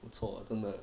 不错真的